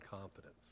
confidence